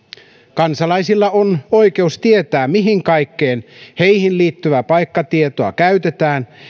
kansalaisilla on oikeus tietää mihin kaikkeen heihin liittyvää paikkatietoa käytetään